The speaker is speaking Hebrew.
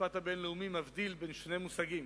המשפט הבין-לאומי מבדיל בין שני מושגים: